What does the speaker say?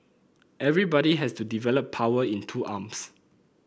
everybody has to develop power in two arms